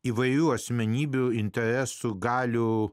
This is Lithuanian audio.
įvairių asmenybių interesų galių